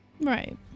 right